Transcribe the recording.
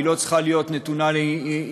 היא לא צריכה להיות נתונה לאינטרפרטציה,